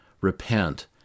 Repent